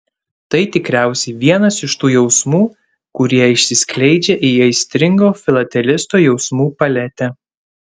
tai tikriausiai vienas iš tų jausmų kurie išsiskleidžia į aistringo filatelisto jausmų paletę